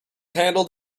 handled